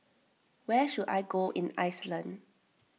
where should I go in Iceland